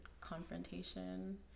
confrontation